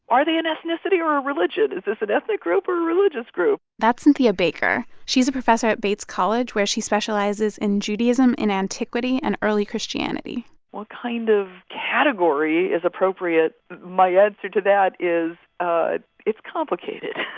are they an ethnicity or a religion? is this an ethnic group or a religious group? that's cynthia baker. she's a professor at bates college, where she specializes in judaism in antiquity and early christianity what kind of category is appropriate? my answer to that is ah it's complicated